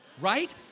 Right